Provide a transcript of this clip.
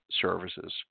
services